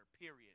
period